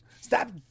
Stop